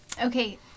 Okay